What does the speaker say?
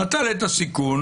נטל את הסיכון,